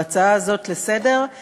בהצעה הזאת לסדר-היום,